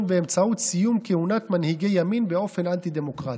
באמצעות סיום כהונת מנהיגי ימין באופן אנטי-דמוקרטי.